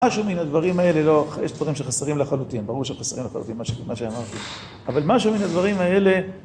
משהו מן הדברים האלה לא, יש דברים שחסרים לחלוטין, ברור שחסרים לחלוטין מה שאמרתי, אבל משהו מן הדברים האלה